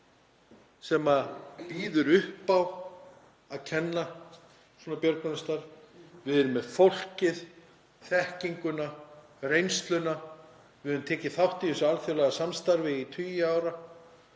sem býður upp á að kenna björgunarstarf. Við erum með fólkið, þekkinguna, reynsluna, við höfum tekið þátt í þessu alþjóðlega samstarfi í tugi ára